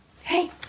Hey